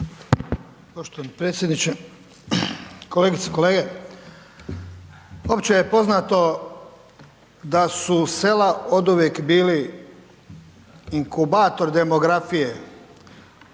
Poštovani potpredsjedniče, kolegice i kolege. Opće je poznato da su sela oduvijek bili inkubator demografije,